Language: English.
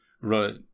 Right